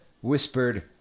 whispered